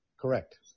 Correct